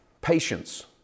Patience